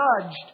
judged